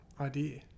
idea